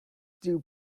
dew